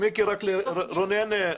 --- רונן,